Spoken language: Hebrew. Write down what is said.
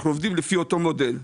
אנחנו עובדים לפי אותו מודל.